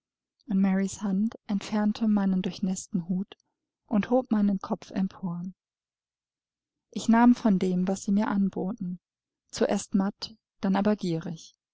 marys hand entfernte meinen durchnäßten hut und hob meinen kopf empor ich nahm von dem was sie mir anboten zuerst matt dann aber gierig